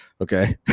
okay